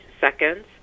seconds